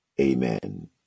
Amen